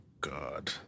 God